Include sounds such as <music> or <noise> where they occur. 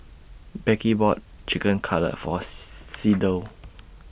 Beckie bought Chicken Cutlet For <noise> Sydell